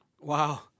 Wow